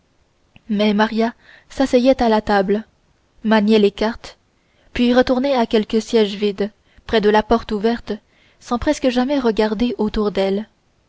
mais maria s'asseyait à la table maniait les cartes puis retournait à quelque siège vide près de la porte ouverte sans presque jamais regarder autour d'elle